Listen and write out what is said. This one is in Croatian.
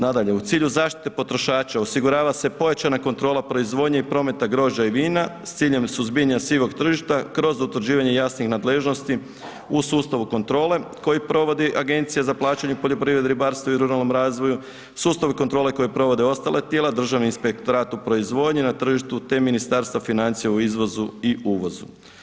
Nadalje, u cilju zaštite potrošača osigurava se pojačana kontrola proizvodnje i prometa grožđa i vina s ciljem suzbijanja sivog tržišta kroz utvrđivanje jasnih nadležnosti u sustavu kontrole koji provodi Agencija za plaćanje u poljoprivredi i ribarstvu i ruralnom razvoju, sustav kontrole koji provode ostala tijela, Državni inspektorat u proizvodnji, na tržištu, te Ministarstva financija u izvozu i uvozu.